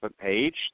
page